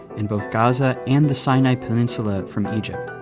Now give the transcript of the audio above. and both gaza and the sinai peninsula from egypt.